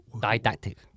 Didactic